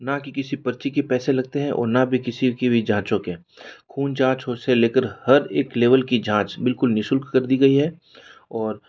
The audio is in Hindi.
ना ही किसी पर्ची के पैसे लगते हैं और ना ही किसी की भी जाँचों के खून जाँच से ले कर हर एक लेवल की जाँच बिल्कुल निशुल्क कर दी गई है और